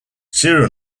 serial